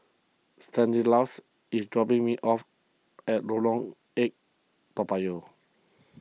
Stanislaus is dropping me off at Lorong eight Toa Payoh